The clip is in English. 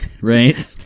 Right